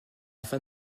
fin